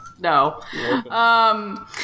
No